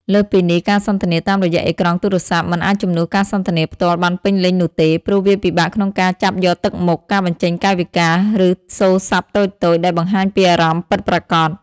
បញ្ហាគុណភាពអ៊ីនធឺណិតមិនល្អ សេវារអាក់រអួល ឬការរំខានផ្សេងៗ អាចធ្វើឱ្យការសន្ទនាមិនរលូន។